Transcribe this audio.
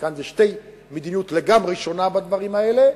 כאן זאת מדיניות לגמרי שונה בדברים האלה,